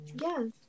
Yes